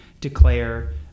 declare